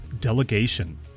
delegation